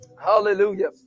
Hallelujah